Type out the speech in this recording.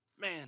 man